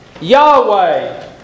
Yahweh